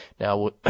Now